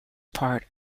part